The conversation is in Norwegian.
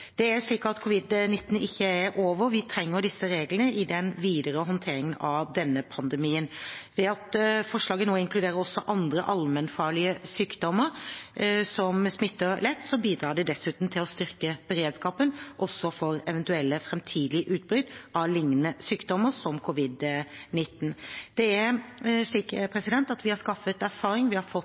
Det er slik at covid-19 ikke er over. Vi trenger disse reglene i den videre håndteringen av denne pandemien. Ved at forslaget nå inkluderer også andre allmennfarlige sykdommer som smitter lett, bidrar det dessuten til å styrke beredskapen også for eventuelle framtidige utbrudd av lignende sykdommer som covid-19. Vi har skaffet oss erfaring, vi har fått kunnskap, og jeg mener det ville ha vært arbeidsbesparende om vi